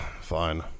fine